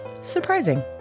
surprising